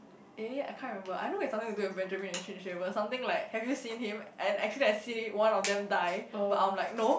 eh I can't remember I know it's something to do with Benjamin and Xin-Xue but something like have you seen him and actually I seen one of them die but I'm like no